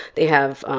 they have, ah